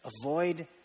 avoid